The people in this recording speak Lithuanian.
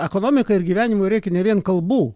ekonomikai ir gyvenimui reikia ne vien kalbų